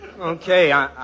okay